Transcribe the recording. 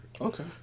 Okay